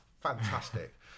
fantastic